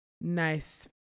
nice